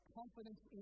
confidence